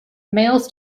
males